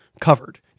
covered